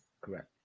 Correct